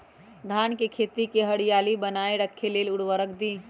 धान के खेती की हरियाली बनाय रख लेल उवर्रक दी?